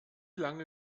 lange